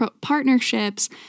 partnerships